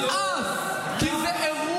זה נמאס, כי זה אירוע